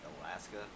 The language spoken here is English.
Alaska